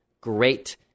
great